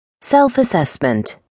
Self-assessment